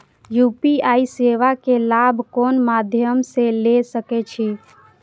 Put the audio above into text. UPI सेवा के लाभ कोन मध्यम से ले सके छी?